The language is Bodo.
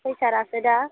फैसायासो दा